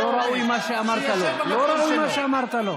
לא ראוי מה שאמרת לו.